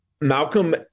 Malcolm